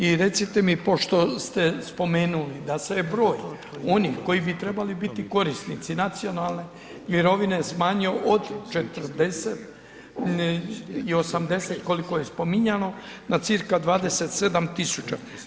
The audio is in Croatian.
I recite mi pošto ste spomenuli da se je broj onih koji bi trebali biti korisnici nacionalne mirovine smanjio od 40 i 80 koliko je spominjano, na cca 27 000.